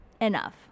enough